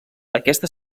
aquesta